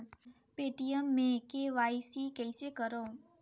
Paytm मे KYC कइसे करव?